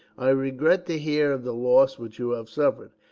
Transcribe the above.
i regret to hear of the loss which you have suffered.